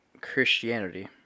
Christianity